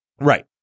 right